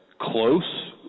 close